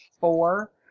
four